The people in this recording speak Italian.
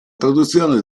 traduzione